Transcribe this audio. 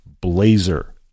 Blazer